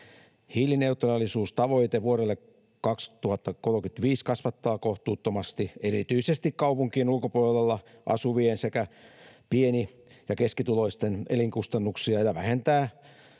Hiilineutraalisuustavoite vuodelle 2035 kasvattaa kohtuuttomasti erityisesti kaupunkien ulkopuolella asuvien sekä pieni- ja keskituloisten elinkustannuksia ja vähentää